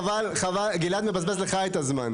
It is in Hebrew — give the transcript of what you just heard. חבל, גלעד מבזבז לך את הזמן.